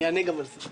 אני אענה גם על זה.